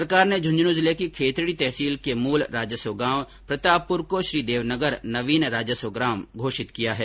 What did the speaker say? सरकार ने झुंझुनू जिले की खेतड़ी तहसील के मूल राजस्व गांव प्रतापपुर को श्री देवनगर नवीन राजस्व ग्राम घोषित किया है